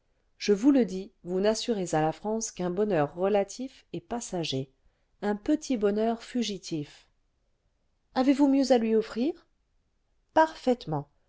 je vous le dis vous n'assurez à la france qu'un bonheur relatif et passager un petit bonheur fugitif avez-vous mieux à lui offrir parfaitement